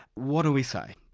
what do we say?